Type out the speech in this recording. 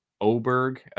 Oberg